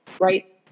right